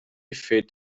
feet